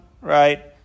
right